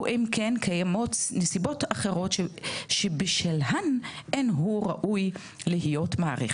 או אם קיימות נסיבות אחרות שבשלהן אין הוא ראוי להיות מעריך